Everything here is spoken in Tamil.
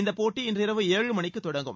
இந்தப் போட்டி இன்றிரவு ஏழு மணிக்கு தொடங்கும்